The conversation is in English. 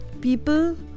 people